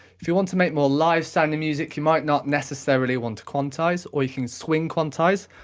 if you want to make more live-sounding music, you might not necessarily want to quantize or you can swing quantize.